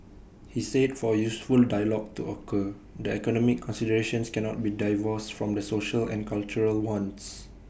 he said for A useful dialogue to occur the economic considerations cannot be divorced from the social and cultural ones